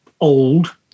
old